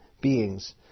beings